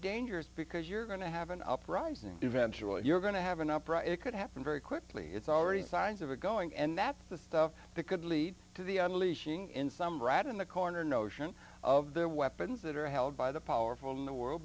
dangerous because you're going to have an uprising eventually you're going to have an opera it could happen very quickly it's already signs of it going and that's the stuff that could lead to the unleashing in some rat in the corner notion of the weapons that are held by the powerful in the world